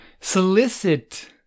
solicit